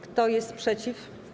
Kto jest przeciw?